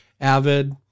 Avid